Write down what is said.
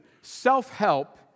Self-help